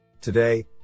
Today